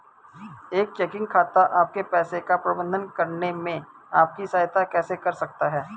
एक चेकिंग खाता आपके पैसे का प्रबंधन करने में आपकी सहायता कैसे कर सकता है?